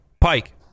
Pike